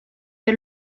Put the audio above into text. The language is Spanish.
que